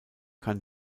kann